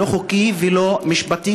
לא חוקי ולא משפטי,